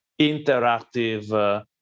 interactive